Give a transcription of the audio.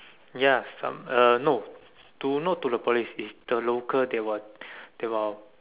ya some uh no to not to the police is the local they will they will